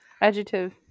Adjective